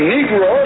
Negro